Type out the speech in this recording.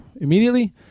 immediately